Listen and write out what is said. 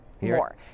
more